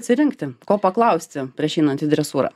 atsirinkti ko paklausti prieš einant į dresūrą